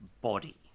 body